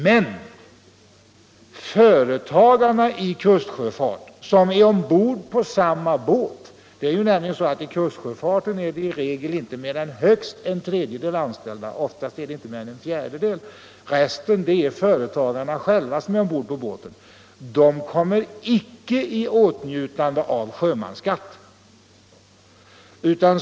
Men företagarna i kustsjöfart som är ombord på samma båt — i kustsjöfart är det i regel inte mer än högst en tredjedel, oftast inte mer än en fjärdedel 81 anställda; resten är företagare — kommer inte i åtnjutande av sjömansskatt.